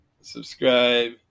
subscribe